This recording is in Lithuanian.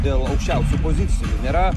dėl aukščiausių pozicijų nėra